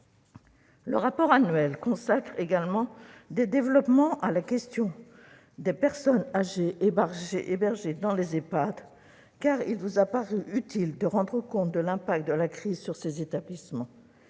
Le rapport public annuel consacre également des développements à la question des personnes âgées hébergées dans les Ehpad, car il vous a paru utile de rendre compte des conséquences de la crise sur ces établissements.